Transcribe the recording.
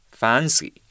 fancy